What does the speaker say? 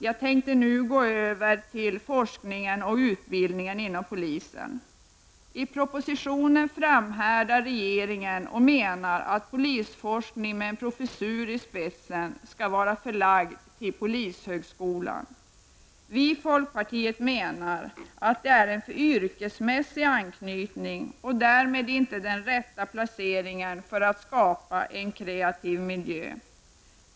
Jag tänker nu övergå till frågan om forskning och utbildning inom polisen. I propositionen framhärdar regeringen och menar att polisforskning med en professur i spetsen skall vara förlagd till polishögskolan. Vi i folkpartiet menar att det är en för yrkesmässig anknytning och därmed inte den rätta placeringen om man skall kunna skapa en kreativ miljö.